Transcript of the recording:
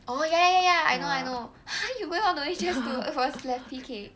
oh ya ya ya I know I know !huh! you going all the way just to for sloppy cake